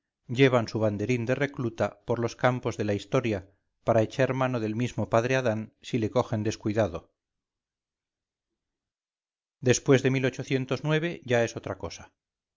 llevan su banderín de recluta por los campos de la historia para echar mano del mismo padre adán si le cogen descuidado después de ya es otra cosa